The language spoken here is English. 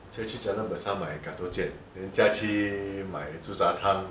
驾去 jalan besar 买 ka dou 剪 then 驾去买猪什汤